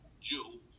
Jew